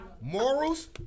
Morals